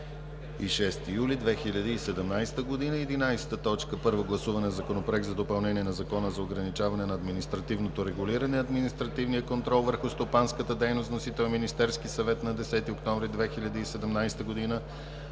26 юли 2017 г. 11. Първо гласуване на Законопроекта за допълнение на Закона за ограничаване на административното регулиране и административния контрол върху стопанската дейност. Вносител: Министерският съвет на 10 октомври 2017 г.